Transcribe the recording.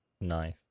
nice